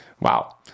Wow